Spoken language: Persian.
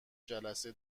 جلسه